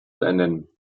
ernennen